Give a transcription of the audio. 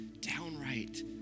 downright